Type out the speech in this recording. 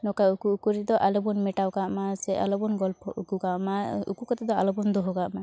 ᱱᱚᱝᱠᱟ ᱩᱠᱩ ᱩᱠᱩ ᱨᱮᱫᱚ ᱟᱞᱚᱵᱚᱱ ᱢᱮᱴᱟᱣᱠᱟᱜᱼᱢᱟ ᱥᱮ ᱟᱞᱚᱵᱚᱱ ᱜᱚᱞᱯᱷᱚ ᱩᱠᱩᱼᱠᱟᱜ ᱢᱟ ᱩᱠᱩ ᱠᱟᱛᱮᱫᱚ ᱟᱞᱚᱵᱚᱱ ᱫᱚᱦᱚᱠᱟᱜ ᱢᱟ